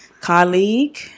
colleague